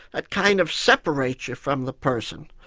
ah kind of separates you from the person.